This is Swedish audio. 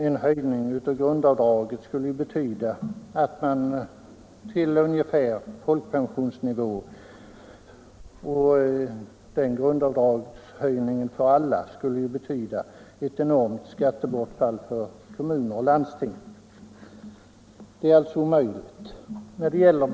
En höjning av grundavdraget för alla till ungefär folkpensionens nivå skulle betyda ett enormt skattebortfall för kommuner och landsting. Det är alltså omöjligt med en sådan höjning.